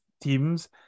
teams